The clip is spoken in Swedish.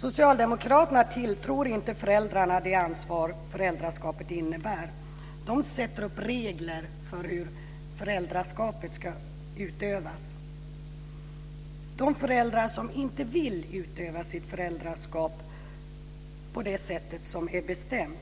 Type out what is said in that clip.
Socialdemokraterna tilltror inte föräldrarna det ansvar föräldraskapet innebär. De sätter upp regler för hur föräldraskapet ska utövas. De föräldrar som inte vill utöva sitt föräldraskap på det sätt som är bestämt